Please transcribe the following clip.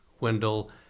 Wendell